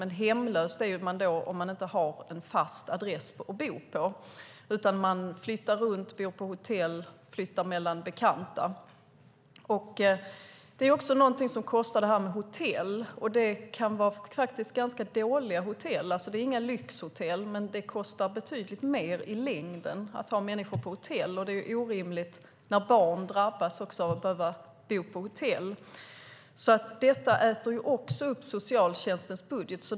Men hemlös är man om man inte har en fast adress att bo på utan flyttar runt och bor på hotell eller hos bekanta. Dessa hotell kostar en del, och det kan faktiskt vara fråga om ganska dåliga hotell. Det är alltså inga lyxhotell. Men det kostar betydligt mer i längden att ha människor på hotell. När barn drabbas av hemlöshet är det orimligt att de ska behöva bo på hotell. Detta äter också upp socialtjänstens budget.